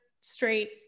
straight